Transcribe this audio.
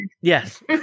Yes